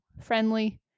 friendly